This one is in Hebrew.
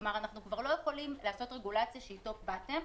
כלומר אנחנו כבר לא יכולים לעשות רגולציה שהיא top-bottom,